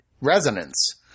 resonance